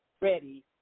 ready